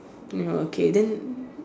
okay then